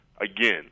again